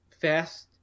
fast